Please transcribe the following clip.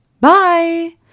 bye